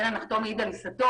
אין הנחתום מעיד על עיסתו,